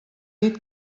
dit